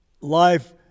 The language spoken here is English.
life